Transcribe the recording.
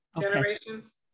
generations